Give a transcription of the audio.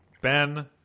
Ben